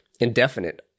indefinite